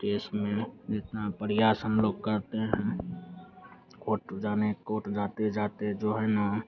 case में जितना प्रयास हम लोग करते हैं कोट जाने कोट जाते जाते जो है ना